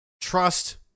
trust